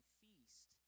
feast